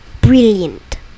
Brilliant